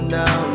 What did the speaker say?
now